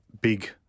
big